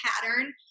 pattern